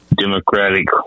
democratic